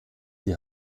die